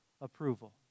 approval